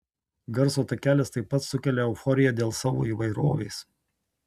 garso takelis taip pat sukelia euforiją dėl savo įvairovės